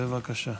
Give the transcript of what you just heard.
בבקשה.